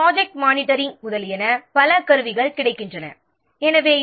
project monitoring செய்ய பல கருவிகள் முதலியன உள்ளன